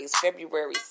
february